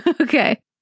Okay